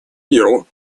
миру